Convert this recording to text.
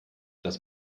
das